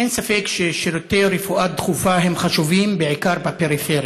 אין ספק ששירותי רפואה דחופה הם חשובים בעיקר בפריפריה.